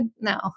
No